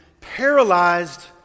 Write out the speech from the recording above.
paralyzed